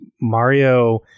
Mario